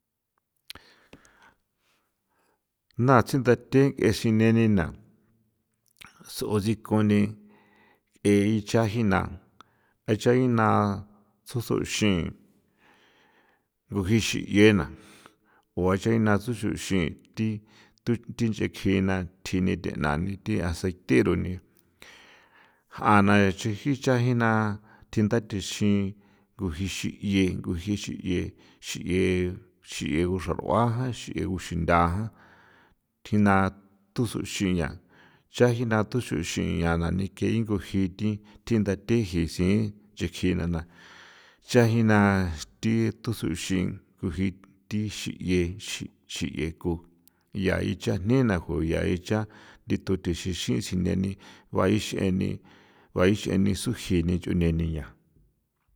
na tsinthathe nk'e sineni na s'o sikoni k'e icha jina acha jina soso' xin' rujixi 'iena o acha jina soso' xin' thi thu thinch'e kjina tjini thi thenani thi aceite runi ja na chiji cha jina thinda taxin nguji xi'ie nguji xi'ie xi'ie xi'ie guxar'ua jan, xi'ie guchinda jan, tjina tusoxi ña chajina tusoxi ña na ninke nguji thi thindathe jisin chikjina na chajina thi tusuxin' nguji thi xi'ie xi' xi'ie ku ya icha jnena juya icha ndithu tuixixin' sineni gua ix'eni gua ix'eni suji nich'u neni ya.